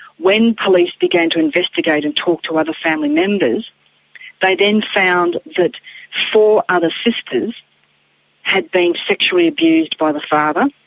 when police began to investigate and talk to other family members they then found that four other sisters had been sexually abused by the father.